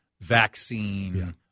vaccine